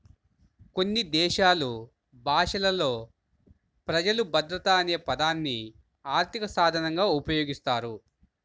కొన్ని దేశాలు భాషలలో ప్రజలు భద్రత అనే పదాన్ని ఆర్థిక సాధనంగా ఉపయోగిస్తారు